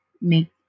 Make